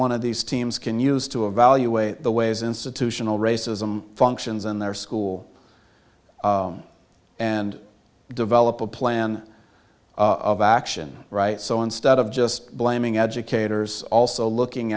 one of these teams can use to evaluate the ways institutional racism functions in their school and develop a plan of action right so instead of just blaming educators also looking